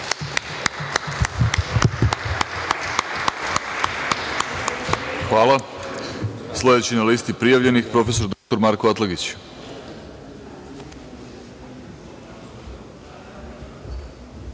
Hvala. Sledeći na listi prijavljenih je prof. dr Marko Atlagić.